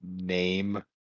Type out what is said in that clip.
name